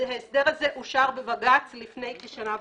ההסדר הזה אושר בבג"ץ לפני כשנה וחצי.